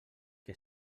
que